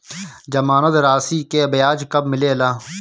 जमानद राशी के ब्याज कब मिले ला?